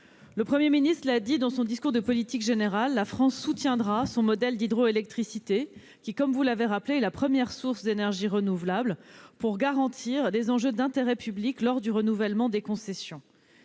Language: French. le Premier ministre l'a dit lors de son discours de politique générale : la France soutiendra son modèle d'hydroélectricité, qui, comme vous l'avez rappelé, est la première source d'énergie renouvelable, afin de garantir les enjeux d'intérêt public lors du renouvellement des concessions.